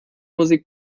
musik